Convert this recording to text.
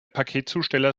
paketzusteller